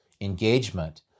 engagement